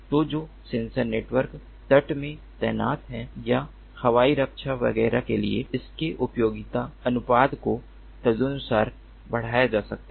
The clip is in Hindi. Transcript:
तो जो सेंसर नेटवर्क तट में तैनात हैं या हवाई रक्षा वगैरह के लिए उनके उपयोगिता अनुपात को तदनुसार बढ़ाया जा सकता है